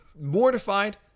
mortified